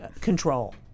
control